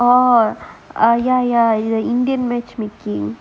oh ah ya ya the indian matchmaking